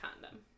condom